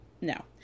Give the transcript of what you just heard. no